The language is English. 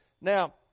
Now